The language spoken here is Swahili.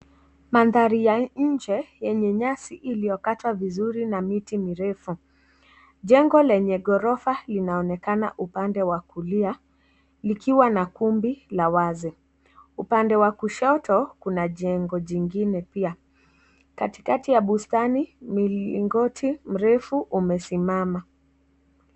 Mandhari ya nje yenye nyasi liyokatwa vizuri na miti mirefu. Jengo lenye ghorofa linaonekana upande wa kulia likiwa na kumbi la wazi. Upande wa kushoto kuna jengo jingine pia. Katikati ya bustani mlingoti mrefu umesimama.